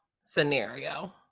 scenario